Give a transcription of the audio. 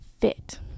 fit